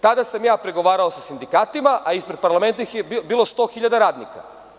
Tada sam ja pregovarao sa sindikatima, a ispred parlamenta je bilo 100 hiljada radnika.